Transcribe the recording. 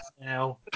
now